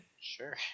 Sure